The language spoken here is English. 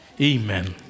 Amen